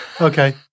okay